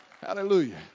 Hallelujah